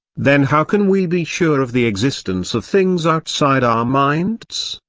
then how can we be sure of the existence of things outside our minds?